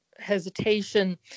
hesitation